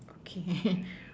okay